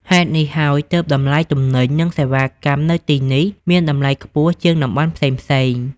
ហេតុនេះហើយ ទើបតម្លៃទំនិញ និងសេវាកម្មនៅទីនេះមានតម្លៃខ្ពស់ជាងតំបន់ផ្សេងៗ។